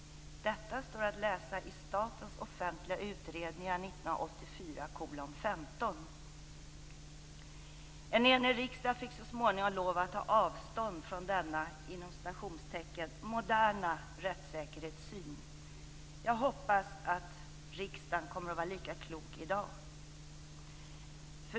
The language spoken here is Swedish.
Detta står att läsa i SOU 1984:15. En enig riksdag fick så småningom lov att ta avstånd från denna "moderna" rättssäkerhetssyn. Jag hoppas att riksdagen kommer att vara lika klok i dag.